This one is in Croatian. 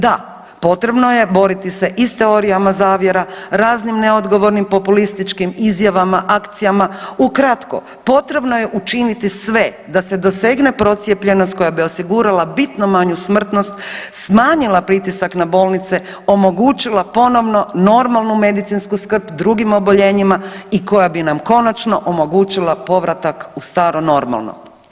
Da, potrebno je boriti se i s teorijama zavjera, raznim neodgovornim populističkim izjavama, akcijama, ukratko potrebno je učiniti sve da se dosegne procijepljenost koja bi osigurala bitno manju smrtnost, smanjila pritisak na bolnice, omogućila ponovno normalnu medicinsku skrb drugim oboljenjima i koja bi nam konačno omogućila povratak u staro normalno.